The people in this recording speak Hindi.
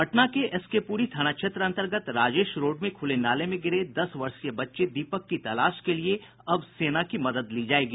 पटना के एसके पुरी थाना क्षेत्र अन्तर्गत राजेश रोड में खुले नाले में गिरे दस वर्षीय बच्चे दीपक की तलाश के लिए अब सेना की मदद ली जायेगी